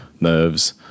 nerves